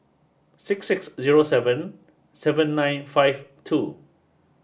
six six zero seven seven nine five two